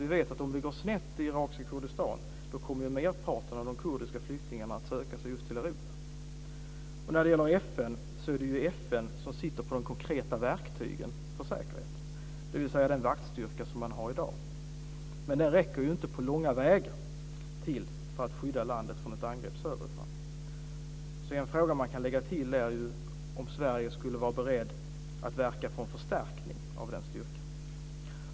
Vi vet att om det går snett i irakiska Kurdistan kommer merparten av de kurdiska flyktingarna att söka sig just till Europa. När det gäller FN är det ju FN som sitter på de konkreta verktygen för säkerhet, dvs. den vaktstyrka man har i dag. Den räcker dock inte på långa vägar till för att skydda landet från ett angrepp söderifrån. En fråga man kan lägga till är därför om Sverige skulle vara berett att verka för en förstärkning av den styrkan.